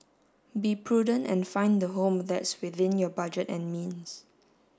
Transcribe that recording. be prudent and find a home that's within your budget and means